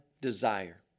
desire